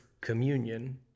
communion